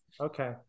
Okay